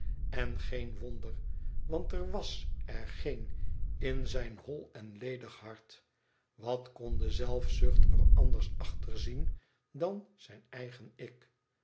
n geen wonder want er was er geen in zijn hol en ledig hart wat kon de zelfzucht er anders achter zien dan zijn eigen ik